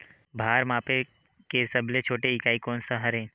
भार मापे के सबले छोटे इकाई कोन सा हरे?